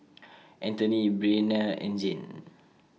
Antony Bryana and Zane